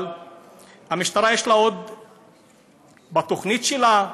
אבל למשטרה יש עוד בתוכנית שלה,